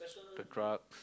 the drugs